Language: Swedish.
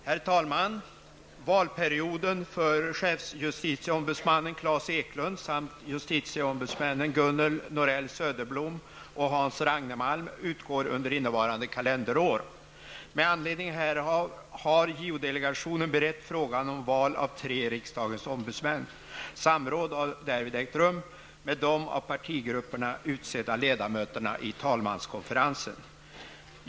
Herr talman! Valperioden för chefsjustitieombudsmannen Claes Eklundh samt justitieombudsmännen Gunnel Norell Söderblom och Hans Ragnemalm utgår under innevarande kalenderår. Med anledning härav har JO-delegationen berett frågan om val av tre riksdagens ombudsmän. Samråd har därvid ägt rum med de av partigrupperna utsedda ledamöterna i talmanskonferensen.